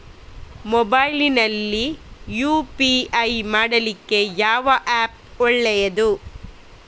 Mobile ನಲ್ಲಿ UPI ಮಾಡ್ಲಿಕ್ಕೆ ಯಾವ ಆ್ಯಪ್ ಒಳ್ಳೇದು?